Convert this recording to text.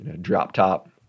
drop-top